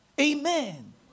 Amen